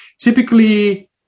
Typically